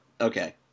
okay